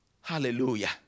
Hallelujah